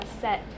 set